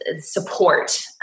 support